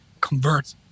convert